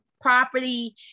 property